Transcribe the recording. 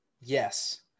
Yes